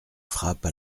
frappe